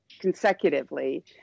consecutively